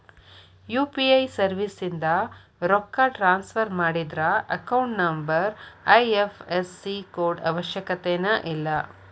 UPI ಸರ್ವಿಸ್ಯಿಂದ ರೊಕ್ಕ transfer ಮಾಡಿದ್ರ ಅಕೌಂಟ್ ನಂಬರ್ ಐ.ಎಫ್.ಎಸ್.ಸಿ ಕೋಡ್ ಅವಶ್ಯಕತೆನ ಇಲ್ಲ